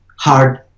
hard